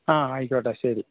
ആ ആയിക്കോട്ടെ ശരി